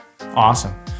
awesome